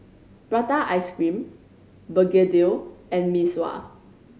prata ice cream begedil and Mee Sua